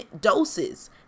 doses